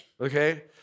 okay